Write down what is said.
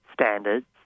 standards